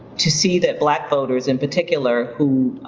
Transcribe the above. to see that black voters in particular, who